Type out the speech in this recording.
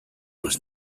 was